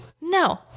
No